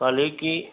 कहली की